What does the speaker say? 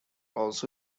also